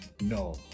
No